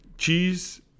Cheese